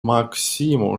максиму